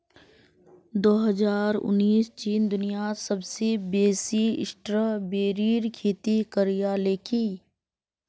दो हजार उन्नीसत चीन दुनियात सबसे बेसी स्ट्रॉबेरीर खेती करयालकी